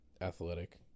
athletic